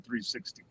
360